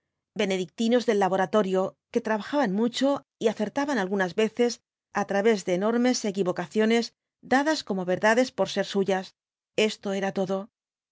benedictinos del laboratorio que trabajaban mucho y acertaban algunas veces á través de enormes equivocaciones dadas como verdades por ser suyas esto era todo